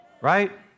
right